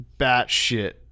batshit